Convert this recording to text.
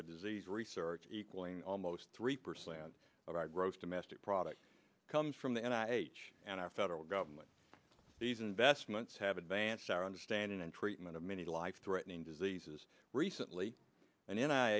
for disease research equaling almost three percent of our gross domestic product comes from the end i h and our federal government these investments have advanced our understanding and treatment of many life threatening diseases recently and